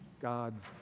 God's